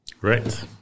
Right